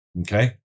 Okay